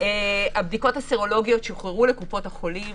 אפשר היה לעשות מגבלות פחות משמעותיות